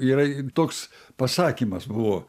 yra toks pasakymas buvo